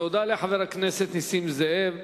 תודה לחבר הכנסת נסים זאב.